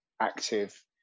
active